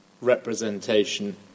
representation